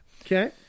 Okay